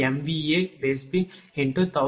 21 0